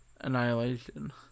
Annihilation